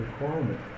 requirement